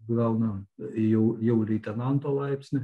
gauna jau jau leitenanto laipsnį